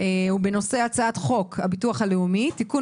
הוא בנושא: הצעת חוק הביטוח הלאומי (תיקון